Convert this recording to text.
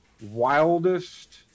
wildest